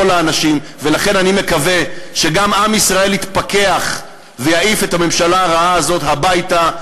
ולכן אני מקווה שגם עם ישראל יתפכח ויעיף את הממשלה הרעה הזאת הביתה,